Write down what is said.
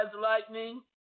lightning